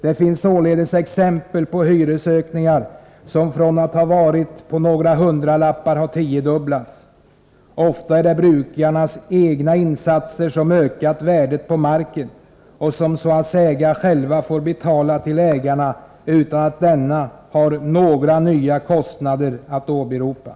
Det finns exempel på hyror som från att ha varit några hundralappar har ökat med det tiodubbla. Ofta är det brukarnas egna insatser som ökat värdet på marken, och brukarna får så att säga betala till ägarna utan att dessa har några nya kostnader att åberopa.